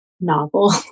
novel